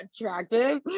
attractive